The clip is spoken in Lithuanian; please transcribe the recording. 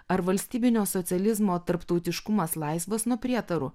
ar valstybinio socializmo tarptautiškumas laisvas nuo prietarų